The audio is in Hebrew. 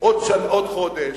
עוד חודש.